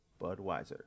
Budweiser